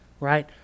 Right